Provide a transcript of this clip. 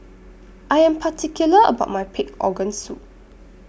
I Am particular about My Pig Organ Soup